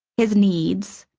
his needs.